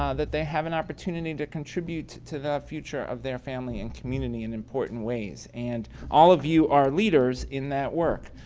um that they have an opportunity to contribute to the future of their family and community in important ways and all of you are leaders in that work.